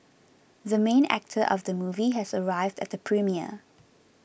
the main actor of the movie has arrived at the premiere